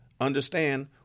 understand